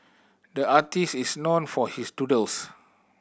the artist is known for his doodles